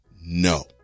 No